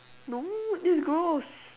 no this is gross